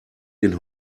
den